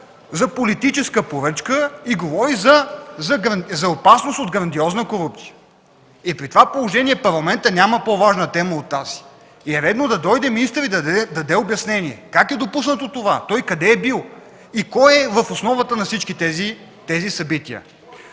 за политическа поръчка и за опасност от грандиозна корупция! При това положение в Парламента няма по-важна тема от тази. Редно е министърът да дойде и да даде обяснение как е допуснато това, той къде е бил и кой е в основата на всички тези събития!